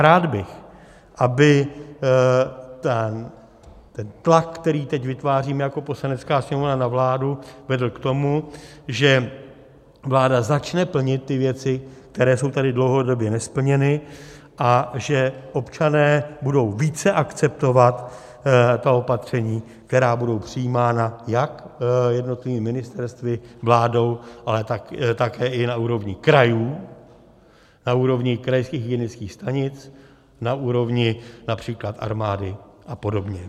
Rád bych, aby ten tlak, který teď vytváříme jako Poslanecká sněmovna na vládu, vedl k tomu, že vláda začne plnit věci, které jsou tady dlouhodobě nesplněny, a že občané budou více akceptovat opatření, která budou přijímána jak jednotlivými ministerstvy, vládou, ale také na úrovni krajů, na úrovni krajských hygienických stanic, na úrovni například armády apod.